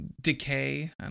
Decay